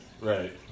Right